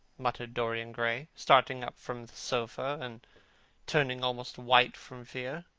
muttered dorian gray, starting up from the sofa and turning almost white from fear.